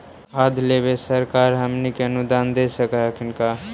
खाद लेबे सरकार हमनी के अनुदान दे सकखिन हे का?